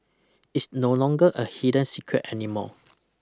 it's no longer a hidden secret anymore